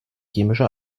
chemische